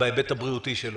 בהיבט הבריאותי שלו,